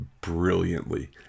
brilliantly